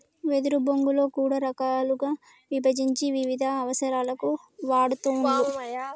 వెదురు బొంగులో కూడా రకాలుగా విభజించి వివిధ అవసరాలకు వాడుతూండ్లు